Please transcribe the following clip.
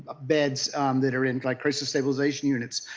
ah beds that are in like crisis stabilization units.